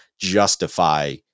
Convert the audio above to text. justify